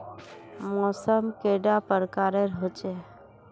मौसम कैडा प्रकारेर होचे?